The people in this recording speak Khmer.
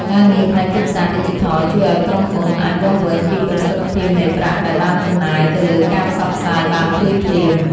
ការងារផ្នែកទីផ្សារឌីជីថលជួយឱ្យក្រុមហ៊ុនអាចវាស់វែងពីប្រសិទ្ធភាពនៃប្រាក់ដែលបានចំណាយទៅលើការផ្សព្វផ្សាយបានភ្លាមៗ។